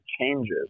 changes